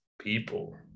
people